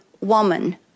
woman